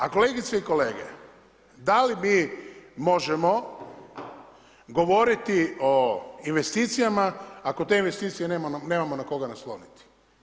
A kolegice i kolege, da li mi možemo govoriti o investicijama ako te investicije nemamo na koga nasloniti?